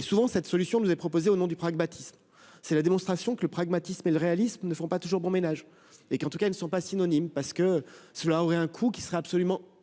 Souvent, cette solution nous est proposée au nom du pragmatisme. C'est la démonstration que le pragmatisme et le réalisme ne font pas toujours bon ménage, en tout état de cause qu'ils ne sont pas synonymes ! En effet, une telle mesure aurait un coût absolument